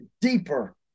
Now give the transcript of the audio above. deeper